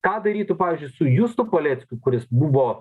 ką darytų pavyzdžiui su justu paleckiu kuris buvo